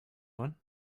doing